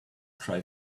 cry